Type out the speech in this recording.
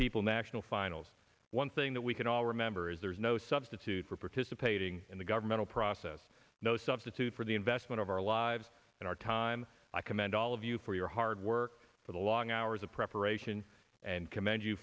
people national finals one thing that we can all remember is there is no substitute for participating in the governmental process no substitute for the investment of our lives and our time i commend all of you for your hard work for the long hours of preparation and commend you